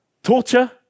Torture